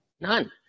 none